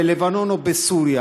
בלבנון או בסוריה,